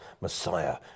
Messiah